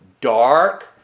dark